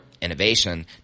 innovation